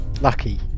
Lucky